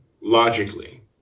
logically